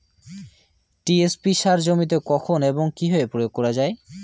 TSP সার জমিতে কখন এবং কিভাবে প্রয়োগ করা য়ায়?